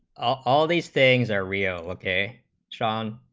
all these things are real k john